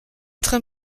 train